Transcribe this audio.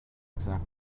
exact